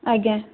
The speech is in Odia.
ଆଜ୍ଞା